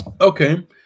okay